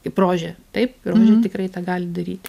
kaip rožė taip rožė tikrai tą gali daryti